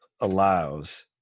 allows